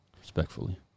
respectfully